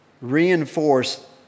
reinforce